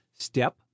step